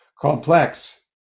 complex